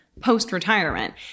post-retirement